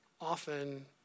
often